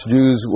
Jews